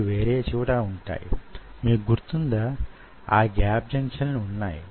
ఇక్కడ వొక వ్యక్తి నిలబడి వుండటాన్ని మీరు గమనించి వుంటారు